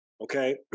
Okay